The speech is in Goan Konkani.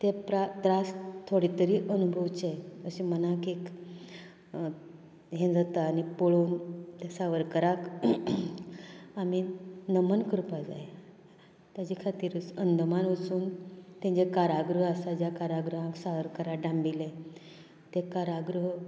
तें प्रा त्रास थोडे तरी अणभवचें अशें मनांत एक हे जाता आनी पळोवन सावरकराक आमी नमन करपा जाय ताचे खातीरच अंदमान वचून ते जे कारागृह आसा ज्या कारागृहाक सावरकराक डांबिल्लें तें कारागृह